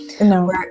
No